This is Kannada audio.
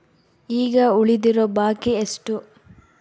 ಈಗ ಉಳಿದಿರೋ ಬಾಕಿ ಎಷ್ಟು?